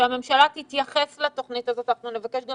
שהממשלה תתייחס לתוכנית הזו אנחנו נבקש גם